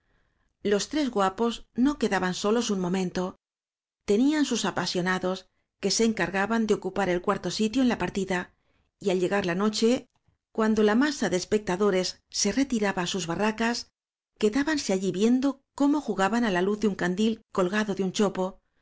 los tres guapos no quedaban solos un momento tenían sus apasionados que se encargaban de ocupar el cuarto sitio en la partida y al llegar la no che cuando la masa de espectadores se reti raba á sus barracas quedábanse allí viendo cómo jugaban á la luz de un candil colgado de un chopo